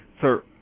sir